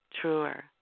truer